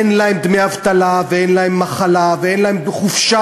אין להם דמי אבטלה ואין להם ימי מחלה ואין להם חופשה.